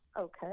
Okay